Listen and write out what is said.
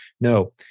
No